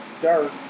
dark